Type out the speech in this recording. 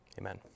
Amen